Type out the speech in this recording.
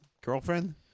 girlfriend